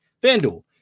FanDuel